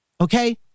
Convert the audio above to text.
Okay